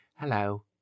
Hello